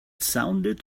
sounded